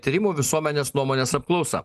tyrimų visuomenės nuomonės apklausa